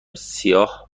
سیاه